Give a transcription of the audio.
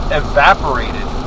evaporated